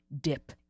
dip